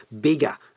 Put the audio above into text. bigger